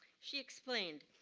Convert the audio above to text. she explained,